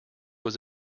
was